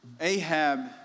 Ahab